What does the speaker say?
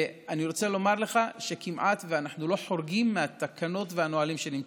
ואני רוצה לומר לך שאנחנו כמעט לא חורגים מהתקנות והנהלים שקיימים.